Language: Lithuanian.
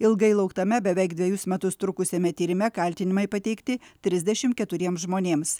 ilgai lauktame beveik dvejus metus trukusiame tyrime kaltinimai pateikti trisdešimt keturiems žmonėms